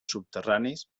subterranis